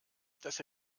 dass